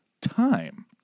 time